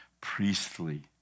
priestly